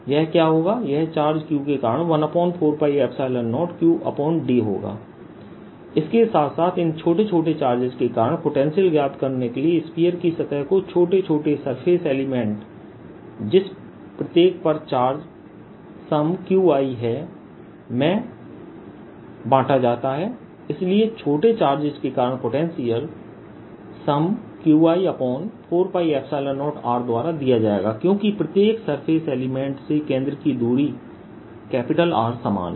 यह क्या होगा यह चार्ज Q के कारण 14π0Qd होगा इसके साथ साथ इन छोटे छोटे चार्जेस के कारण पोटेंशियल ज्ञात करने के लिए स्फीयर की सतह को छोटे छोटे सरफेस एलिमेंट जिस प्रत्येक पर चार्ज Qiहै मैं बांटा जाता है इसलिए छोटे चार्जेस के कारण पोटेंशियल Qi4π0R द्वारा दिया जाएगा क्योंकि प्रत्येक सरफेस एलिमेंट से केंद्र की दूरी R समान है